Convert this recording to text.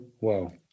wow